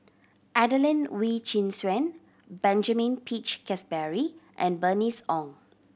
Adelene Wee Chin Suan Benjamin Peach Keasberry and Bernice Ong